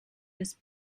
des